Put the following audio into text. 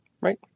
Right